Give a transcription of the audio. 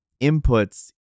inputs